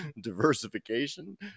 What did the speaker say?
diversification